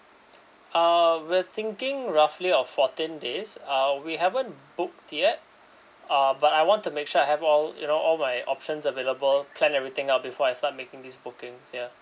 uh we 're thinking roughly of fourteen days uh we haven't booked yet uh but I want to make sure I have all you know all my options available plan everything out before I start making these bookings ya